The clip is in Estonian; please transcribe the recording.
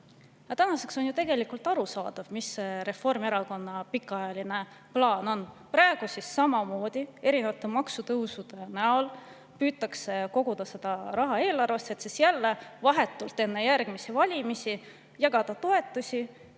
Tänaseks on ju tegelikult arusaadav, mis Reformierakonna pikaajaline plaan on. Praegu püütakse samamoodi erinevate maksutõusude abil koguda raha eelarvesse, et siis jälle vahetult enne järgmisi valimisi jagada toetusi,